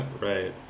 Right